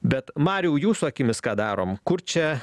bet mariau jūsų akimis ką darom kur čia